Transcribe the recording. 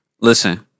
Listen